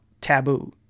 taboo